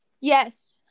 Yes